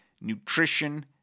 nutrition